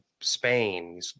spain